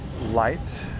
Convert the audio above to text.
light